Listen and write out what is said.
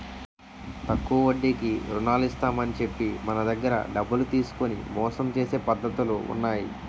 తక్కువ వడ్డీకి రుణాలు ఇస్తామని చెప్పి మన దగ్గర డబ్బులు తీసుకొని మోసం చేసే పద్ధతులు ఉన్నాయి